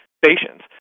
stations